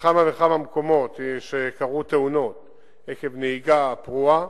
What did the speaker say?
בכמה וכמה מקומות שקרו בהם תאונות עקב נהיגה פרועה,